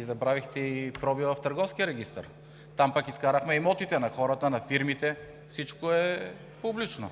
Забравихте и пробива в Търговския регистър, там пък изкарахме имотите на хората, на фирмите, всичко е публично,